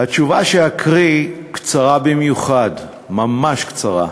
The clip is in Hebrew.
התשובה שאקריא קצרה במיוחד, ממש קצרה,